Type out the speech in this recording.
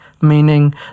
meaning